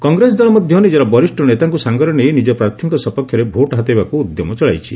କଂଗ୍ରେସ ଦଳ ମଧ ନିଜର ବରିଷ ନେତାଙ୍କ ସାଙ୍ଗରେ ନେଇ ନିଜ ପ୍ରାର୍ଥୀଙ୍କ ସପକ୍ଷରେ ଭୋଟ୍ ହାତେଇବାକୁ ଉଦ୍ୟମ ଚଳାଇଛି